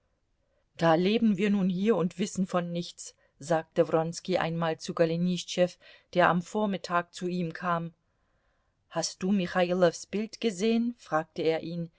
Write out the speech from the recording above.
da leben wir nun hier und wissen von nichts sagte wronski einmal zu golenischtschew der am vormittag zu ihm kam hast du michailows bild gesehen fragte er ihn